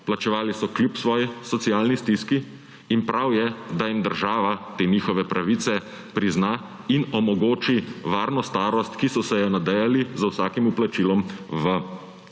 plačevali so kljub svoji socialni stiski, in prav je, da jim država te njihove pravice prizna in omogoči varno starost, ki so se je nadejali z vsakim vplačilom v